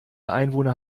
einwohner